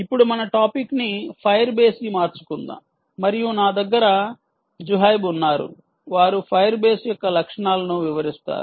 ఇప్పుడు మన టాపిక్ ని ఫైర్ బేస్ కి మార్చుకుందాం మరియు నా దగ్గర జుహైబ్ ఉన్నారు వారు ఫైర్ బేస్ యొక్క లక్షణాలను వివరిస్తారు